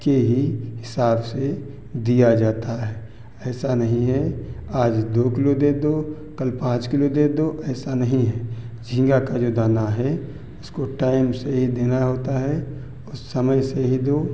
के ही हिसाब से दिया जाता है ऐसा नहीं है आज दो किलो दे दो कल पाँच किलो दे दो ऐसा नहीं है झींगा का जो दाना है उसको टाइम से ही देना होता है और समय से ही दो